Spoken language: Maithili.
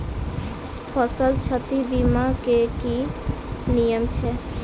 फसल क्षति बीमा केँ की नियम छै?